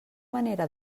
manera